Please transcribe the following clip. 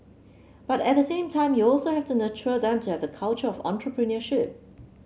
but at the same time you also have to nurture them to have the culture of entrepreneurship